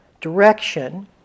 direction